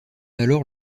alors